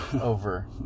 over